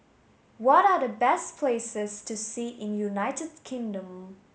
what are the best places to see in United Kingdom